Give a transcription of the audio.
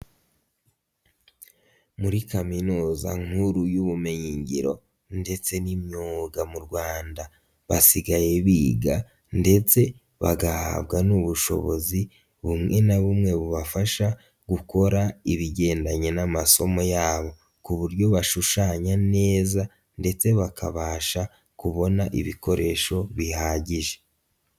Muri Kaminuza nkuru y'ubumenyingiro ndetse n'imyuga mu Rwanda, basigaye biga ndetse bagahabwa n'ubushobozi bumwe na bumwe bubafasha gukora ibigendanye n'amasomo yabo, ku buryo bashushanya neza ndetse bakabasha kubona ibikoresho bihagije.